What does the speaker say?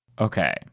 okay